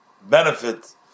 benefit